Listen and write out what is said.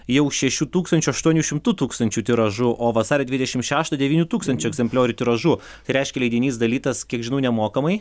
jau šešių tūkstančių aštuonių šimtų tūkstančių tiražu o vasario dvidešim šeštą devynių tūkstančių egzempliorių tiražu tai reiškia leidinys dalytas kiek žinau nemokamai